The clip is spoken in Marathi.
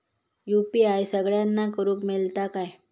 यू.पी.आय सगळ्यांना करुक मेलता काय?